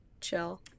Chill